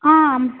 आम्